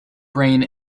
brain